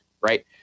right